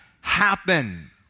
happen